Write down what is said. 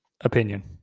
opinion